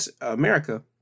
America